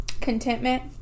contentment